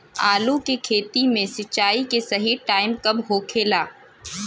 आलू के खेती मे सिंचाई के सही टाइम कब होखे ला?